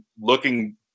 looking